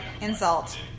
insult